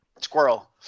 Squirrel